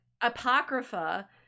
apocrypha